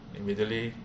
immediately